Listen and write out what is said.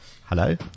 Hello